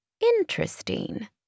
Interesting